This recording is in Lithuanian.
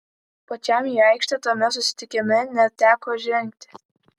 pačiam į aikštę tame susitikime neteko žengti